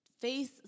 face